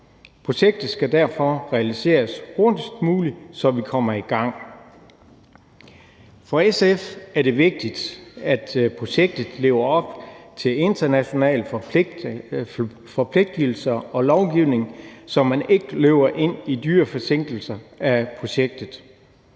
Projektet skal derfor realiseres hurtigst muligt, så vi kommer i gang. For SF er det vigtigt, at projektet lever op til internationale forpligtelser og lovgivning, så man ikke løber ind i dyre forsinkelser af projektet.